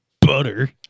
butter